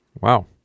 Wow